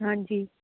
ਹਾਂਜੀ